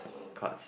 cards